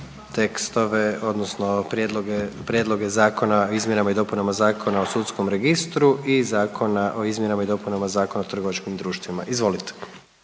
tekstove, odnosno prijedloge zakona o izmjenama i dopunama Zakona o sudskom registru i Zakona o izmjenama i dopunama Zakona o trgovačkim društvima. Izvolite.